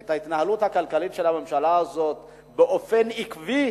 על ההתנהלות הכלכלית של הממשלה הזאת באופן עקבי,